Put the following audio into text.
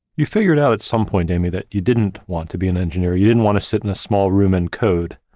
you figured out at some point, amy, that you didn't want to be an engineer. you didn't want to sit in a small room and code.